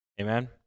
Amen